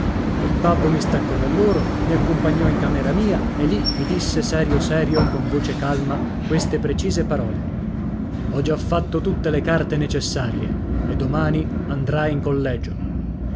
il babbo mi staccò da loro mi accompagnò in camera mia e lì mi disse serio serio con voce calma queste precise parole ho già fatto tutte le carte necessarie e domani andrai in collegio